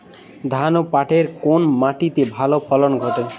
ধান এবং পাটের কোন মাটি তে ভালো ফলন ঘটে?